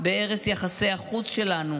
בהרס יחסי החוץ שלנו